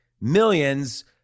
millions